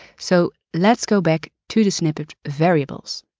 so, let's go back to the snippet variables.